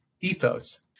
ethos